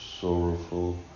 sorrowful